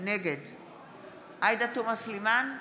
נגד עאידה תומא סלימאן,